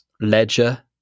Ledger